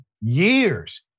years